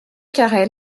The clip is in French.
carrel